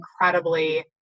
incredibly